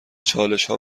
چالشها